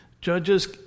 Judges